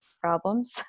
problems